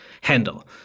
handle